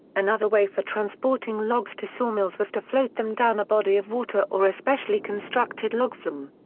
another way for transporting logs to sawmills was to float them down a body of water or a specially-constructed log flume.